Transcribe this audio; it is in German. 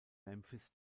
memphis